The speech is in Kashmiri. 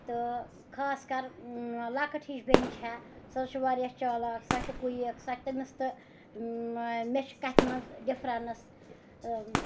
تہٕ خاص کر لۄکٕٹ ہِش بیٚنہِ چھےٚ سۄ حظ چھِ واریاہ چالاک سۄ چِھ کُیِک سۄ تٔمِس تہٕ مےٚ چھِ کَتھِ منٛز ڈِفرَنِس